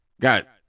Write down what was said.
got